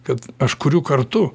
kad aš kuriu kartu